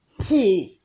two